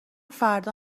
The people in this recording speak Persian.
فردا